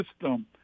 system